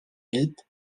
guide